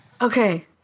Okay